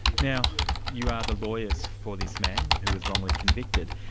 now you are the lawyers for this man who was wrongly convicted.